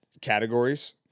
categories